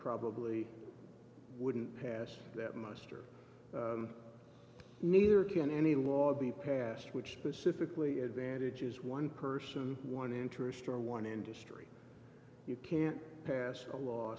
probably wouldn't pass muster neither can any law be passed which specifically advantages one person one interest or one industry you can't pass a law